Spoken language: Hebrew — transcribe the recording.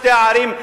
משתי הערים,